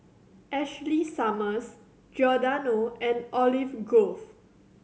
Ashley Summers Giordano and Olive Grove